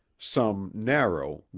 some narrow,